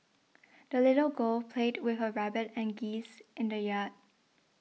the little girl played with her rabbit and geese in the yard